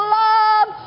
love